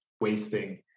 wasting